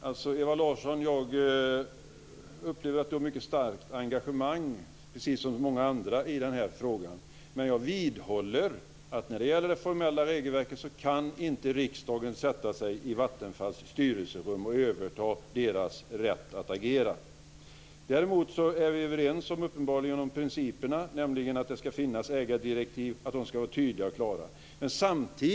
Fru talman! Jag upplever att Ewa Larsson har ett mycket starkt engagemang, precis som många andra, i denna fråga. Men jag vidhåller att det formella regelverket innebär att riksdagen inte kan sätta sig i Vattenfalls styrelserum och överta styrelsens rätt att agera. Däremot är vi uppenbarligen överens om principerna, nämligen att det ska finnas ägardirektiv och att de ska vara tydliga och klara.